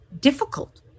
difficult